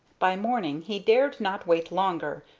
by morning he dared not wait longer,